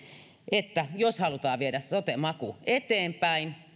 että jos halutaan viedä sote maku eteenpäin